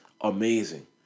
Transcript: amazing